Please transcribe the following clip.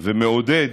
ומעודד